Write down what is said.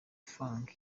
fung